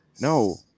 no